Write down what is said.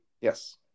Yes